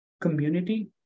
community